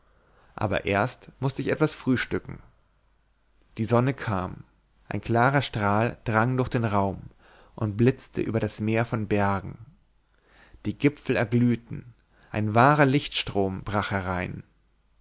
aber erst mußte ich etwas frühstücken die sonne kam ein klarer strahl drang durch den raum und blitzte über das meer von bergen die gipfel erglühten ein wahrer lichtstrom brach herein